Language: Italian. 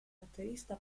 batterista